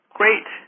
great